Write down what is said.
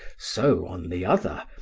so, on the other,